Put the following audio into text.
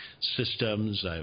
systems